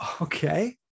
Okay